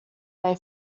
they